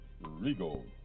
Regal